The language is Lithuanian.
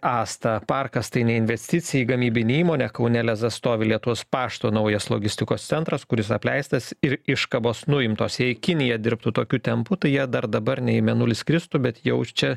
asta parkas tai ne investicija į gamybinę įmonę kaune lezas stovi lietuvos pašto naujas logistikos centras kuris apleistas ir iškabos nuimtos jei kinija dirbtų tokiu tempu tai jie dar dabar ne į mėnulį skristų bet jau čia